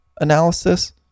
analysis